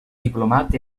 diplomat